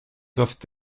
doivent